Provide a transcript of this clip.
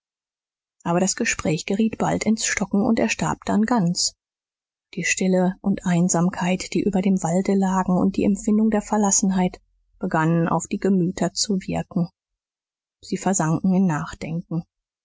aber das gespräch geriet bald ins stocken und erstarb dann ganz die stille und einsamkeit die über dem walde lagen und die empfindung der verlassenheit begannen auf die gemüter zu wirken sie versanken in nachdenken